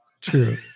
True